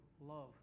love